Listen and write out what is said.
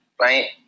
right